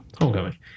homecoming